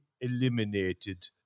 eliminated